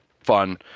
fun